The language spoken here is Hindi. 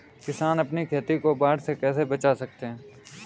किसान अपनी खेती को बाढ़ से कैसे बचा सकते हैं?